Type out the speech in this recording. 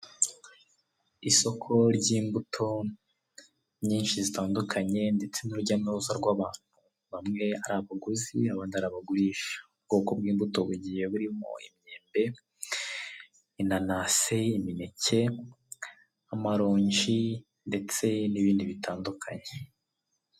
Isoko ry'imbuto nyinshi zitandukanye ndetse n'urujya n'uruza rw'abantu, bamwe ari abaguzi abandi ari bagurisha, ubwoko bw'imbuto bugiye burimo imyembe inanase, imineke, amarongi ndetse n'ibindi bitandukanye.